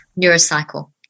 Neurocycle